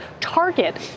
Target